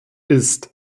ist